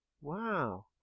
Wow